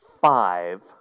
five